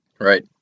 Right